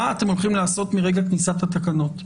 מה אתם הולכים לעשות מרגע כניסת התקנות.